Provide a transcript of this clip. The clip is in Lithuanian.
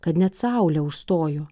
kad net saulę užstojo